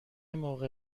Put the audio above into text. موقع